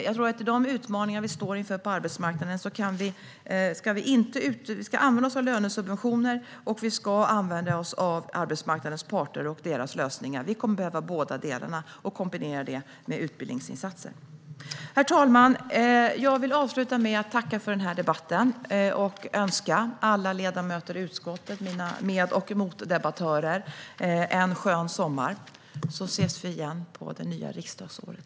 Med de utmaningar vi står inför på arbetsmarknaden ska vi använda oss av lönesubventioner och av arbetsmarknadens parter och deras lösningar. Vi kommer att behöva båda delarna och kombinera detta med utbildningsinsatser. Herr talman! Jag vill avsluta med att tacka för debatten och önska alla ledamöter i utskottet, mina med och motdebattörer, en skön sommar. Vi ses igen på det nya riksdagsåret!